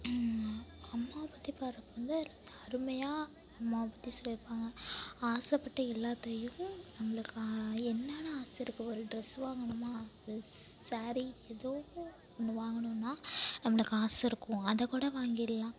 அம்மாவை பற்றி பாடுகிறப்ப வந்து அருமையாக அம்மாவை பற்றி சொல்லியிருப்பாங்க ஆசைப்பட்ட எல்லாத்தையும் நம்மளுக்கு என்னென்ன ஆசை இருக்கும் ஒரு டிரஸ் வாங்கணுமா ஸேரி ஏதோ ஒன்று வாங்குணுன்ன நம்மளுக்கு ஆசை இருக்கும் அதை கூட வாங்கிடலாம்